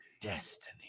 destiny